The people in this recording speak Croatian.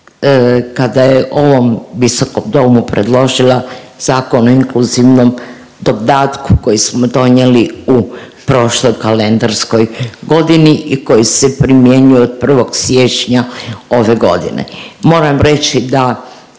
kada je ovom visokom domu predložila Zakon o inkluzivnom dodatku koji smo donijeli u prošloj kalendarskoj godini i koji se primjenjuje od 1. siječnja ove godine. Moram reći da